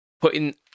putting